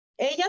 ella